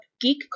geek